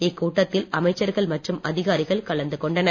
இக்கூட்டத்தில் அமைச்சர்கள் மற்றும் அதிகாரிகள் கலந்து கொண்டனர்